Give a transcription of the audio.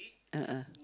(uh huh)